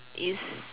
is